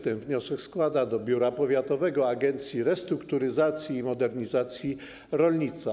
Ten wniosek składa do biura powiatowego Agencji Restrukturyzacji i Modernizacji Rolnictwa.